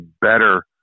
better